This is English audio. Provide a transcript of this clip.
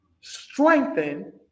strengthen